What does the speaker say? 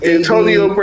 Antonio